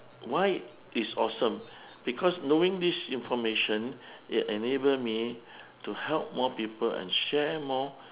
why it's awesome because knowing this information it enable me to help more people and share more